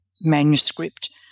manuscript